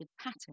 pattern